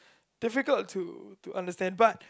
difficult to to understand but